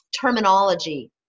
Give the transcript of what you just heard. terminology